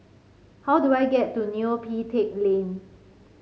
how do I get to Neo Pee Teck Lane